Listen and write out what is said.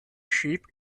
sheep